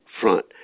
front